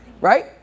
right